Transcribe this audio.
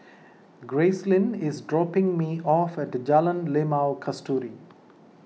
Gracelyn is dropping me off at Jalan Limau Kasturi